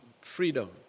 freedom